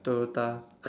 toyota